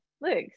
Look